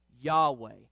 Yahweh